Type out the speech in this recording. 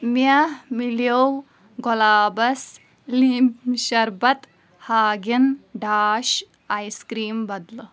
مےٚ مِلٮ۪و گۄلابس لیٚنٛبۍ شربت ہاگٕن ڈاش آیس کرٛیٖم بدلہٕ